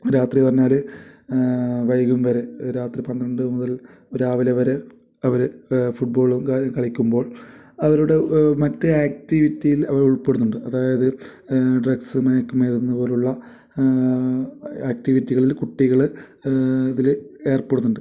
രാത്രിയെന്നു പറഞ്ഞാൽ വൈകും വരെ രാത്രി പന്ത്രണ്ടു മുതൽ രാവിലെ വരെ അവർ ഫുട്ബോളും ക കളിക്കുമ്പോൾ അവരുടെ മറ്റേ ആക്ടിവിറ്റിയിൽ അവരുൾപ്പെടുന്നുണ്ട് അതായത് ഡ്രഗ്സ് മയക്കു മരുന്ന് പോലെയുള്ള ആക്ടിവിറ്റികളിൽ കുട്ടികൾ ഇതിൽ ഏർപ്പെടുന്നുണ്ട്